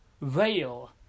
veil